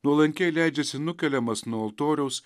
nuolankiai leidžiasi nukeliamas nuo altoriaus